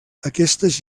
aquestes